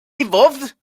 evolved